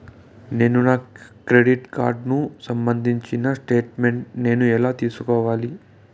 నేను నా క్రెడిట్ కార్డుకు సంబంధించిన స్టేట్ స్టేట్మెంట్ నేను ఎలా తీసుకోవాలి?